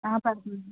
పడుతుంది